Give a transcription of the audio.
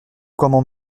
comment